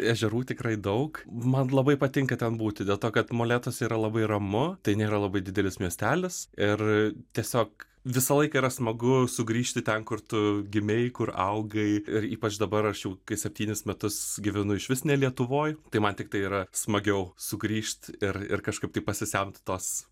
ežerų tikrai daug man labai patinka ten būti dėl to kad molėtuose yra labai ramu tai nėra labai didelis miestelis ir tiesiog visą laiką yra smagu sugrįžti ten kur tu gimei kur augai ir ypač dabar aš jau kai septynis metus gyvenu išvis ne lietuvoj tai man tiktai yra smagiau sugrįžt ir ir kažkaip tai pasisemt tos